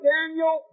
Daniel